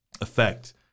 effect